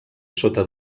sota